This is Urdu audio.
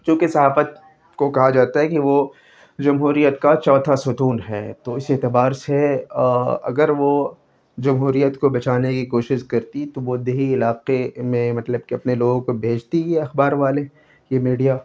چوں کہ صحافت کو کہا جاتا ہے کہ وہ جمہوریت کا چوتھا ستون ہے تو اس اعتبار سے اگر وہ جمہوریت کو بچانے کی کوشش کرتی تو وہ دیہی علاقے میں مطلب کہ اپنے لوگوں کو بھیجتی یہ اخبار والے یہ میڈیا